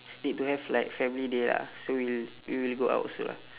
need to have like family day lah so we'll we will go out also lah